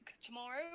tomorrow